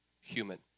human